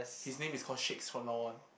his name is called shakes from now on